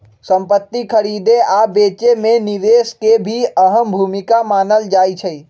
संपति खरीदे आ बेचे मे निवेश के भी अहम भूमिका मानल जाई छई